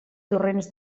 torrents